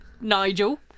Nigel